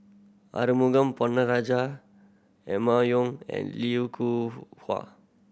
Arumugam Ponnu Rajah Emma Yong and Lim Hua